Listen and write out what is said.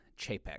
Chapek